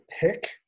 pick